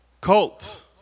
Cult